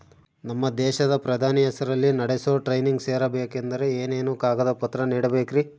ನಮ್ಮ ದೇಶದ ಪ್ರಧಾನಿ ಹೆಸರಲ್ಲಿ ನಡೆಸೋ ಟ್ರೈನಿಂಗ್ ಸೇರಬೇಕಂದರೆ ಏನೇನು ಕಾಗದ ಪತ್ರ ನೇಡಬೇಕ್ರಿ?